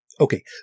Okay